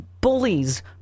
bullies